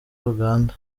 uganda